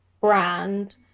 brand